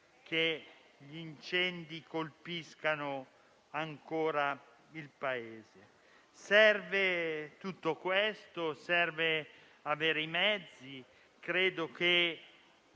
che gli incendi colpiscano ancora il Paese. Serve tutto questo, serve avere i mezzi e credo che